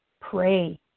pray